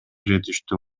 жетиштүү